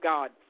God